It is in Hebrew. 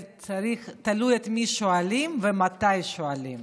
זה תלוי את מי שואלים ומתי שואלים.